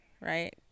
right